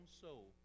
soul